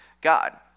God